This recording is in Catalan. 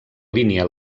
línia